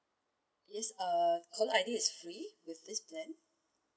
yes uh caller I_D is free with this plan